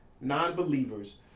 non-believers